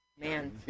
Man